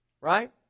Right